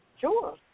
Sure